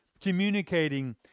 communicating